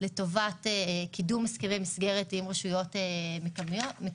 לטובת קידום הסכמי מסגרת עם רשויות מקומיות.